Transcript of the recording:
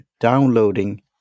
downloading